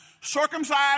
circumcised